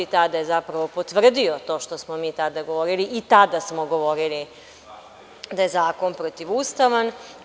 Tada je zapravo potvrdio to što smo mi tada govorili i tada smo govorili da je zakon protivustavan.